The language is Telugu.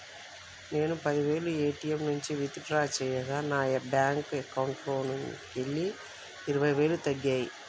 నేను పది వేలు ఏ.టీ.యం నుంచి విత్ డ్రా చేయగా నా బ్యేంకు అకౌంట్లోకెళ్ళి ఇరవై వేలు తగ్గాయి